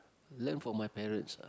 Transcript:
learn from my parents ah